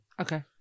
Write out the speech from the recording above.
Okay